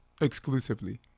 exclusively